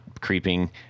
creeping